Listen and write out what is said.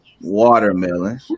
watermelon